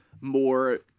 more